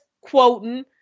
quoting